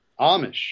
amish